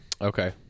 Okay